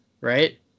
right